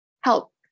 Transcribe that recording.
help